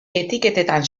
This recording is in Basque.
etiketetan